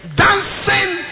dancing